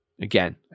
Again